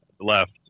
left